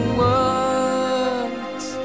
words